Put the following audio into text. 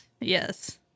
yes